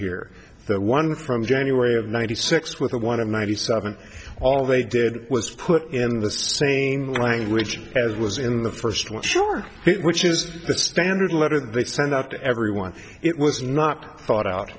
here the one from january of ninety six with the one of ninety seven all they did was put in the same language as was in the first one shown which is the standard letter that they send out to everyone it was not thought out